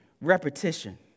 repetition